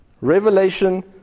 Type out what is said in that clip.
Revelation